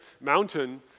mountain